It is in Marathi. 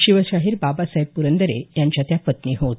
शिवशाहीर बाबासाहेब पुरंदरे यांच्या त्या पत्नी होत